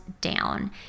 down